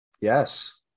Yes